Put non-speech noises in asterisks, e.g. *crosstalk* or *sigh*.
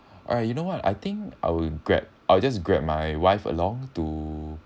alright you know [what] I think I will grab I will just grabbed my wife along to *breath*